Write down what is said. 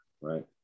right